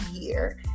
year